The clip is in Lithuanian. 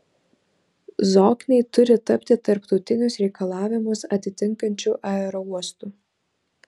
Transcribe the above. zokniai turi tapti tarptautinius reikalavimus atitinkančiu aerouostu